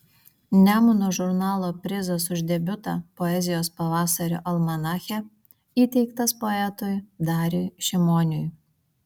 nemuno žurnalo prizas už debiutą poezijos pavasario almanache įteiktas poetui dariui šimoniui